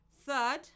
Third